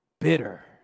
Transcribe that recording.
bitter